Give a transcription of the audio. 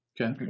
Okay